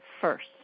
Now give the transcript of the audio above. first